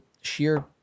sheer